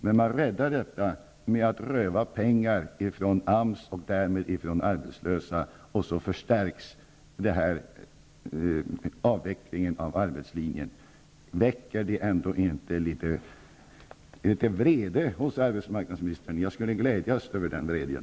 Men man räddade genom att röva pengar från AMS och därmed från arbetslösa. På så sätt förstärks avvecklingen av arbetslinjen. Väcker inte detta litet vrede hos arbetsmarknads minstern? Jag skulle glädjas över den vreden.